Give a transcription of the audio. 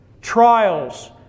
trials